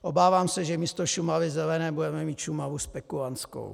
Obávám se, že místo Šumavy zelené budeme mít Šumavu spekulantskou.